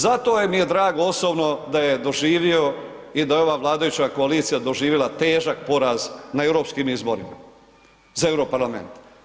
Zato mi je drago osobno da je doživio i da je ova vladajuća koalicija doživjela težak poraz na europskim izborima za Europarlament.